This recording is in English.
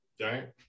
right